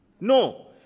No